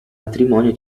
matrimonio